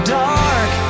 dark